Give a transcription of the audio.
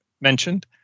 mentioned